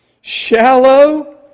shallow